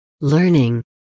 learning